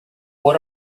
what